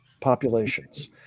populations